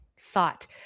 Thought